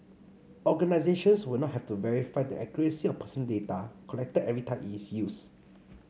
organisations will not have to verify the accuracy of personal data collected every time it is used